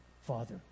father